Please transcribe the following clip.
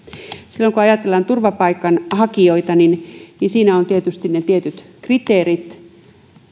silloin kun ajatellaan turvapaikanhakijoita niin niin siinä on tietysti ne tietyt kriteerit